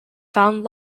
found